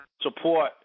support